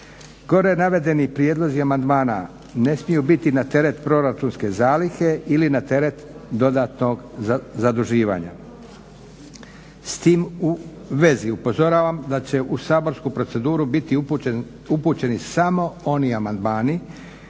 Gore navedeni prijedlozi amandmana ne smiju biti na teret proračunske zalihe ili na teret dodatnog zaduživanja. S tim u vezi upozoravam da će u saborsku proceduru biti upućeni samo oni amandmani